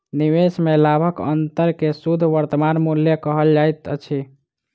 निवेश में लाभक अंतर के शुद्ध वर्तमान मूल्य कहल जाइत अछि